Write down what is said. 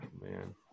Man